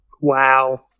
Wow